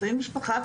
רופאי משפחה,